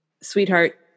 sweetheart